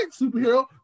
superhero